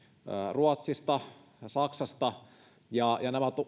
ruotsista saksasta ja